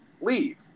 leave